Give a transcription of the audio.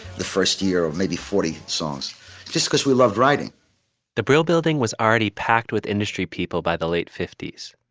the first year of maybe forty songs just because we loved writing the brill building was already packed with industry people. by the late fifty s.